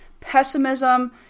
pessimism